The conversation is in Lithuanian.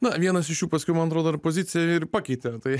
na vienas iš jų paskui man atrodo ir poziciją ir pakeitė tai